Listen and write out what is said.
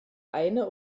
eine